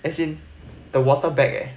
as in the water bag eh